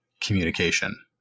communication